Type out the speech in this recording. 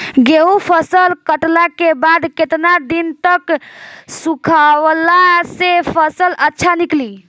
गेंहू फसल कटला के बाद केतना दिन तक सुखावला से फसल अच्छा निकली?